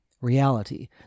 reality